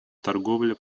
торговля